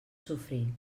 sofrir